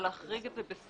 אבל להחריג את זה בסייגים,